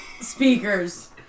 Speakers